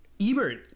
Ebert